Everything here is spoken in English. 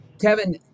kevin